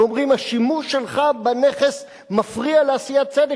ואומרים: השימוש שלך בנכס מפריע לעשיית צדק.